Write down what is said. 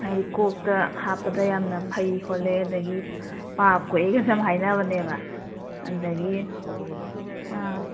ꯍꯥꯏꯗꯤ ꯀꯣꯛꯇ ꯍꯥꯞꯄꯗ ꯌꯥꯝꯅ ꯐꯩ ꯈꯣꯠꯂꯦ ꯑꯗꯒꯤ ꯄꯥꯞ ꯀꯣꯛꯑꯦꯒ ꯁꯨꯝ ꯍꯥꯏꯅꯕꯅꯦꯕ ꯑꯗꯒꯤ ꯑꯥ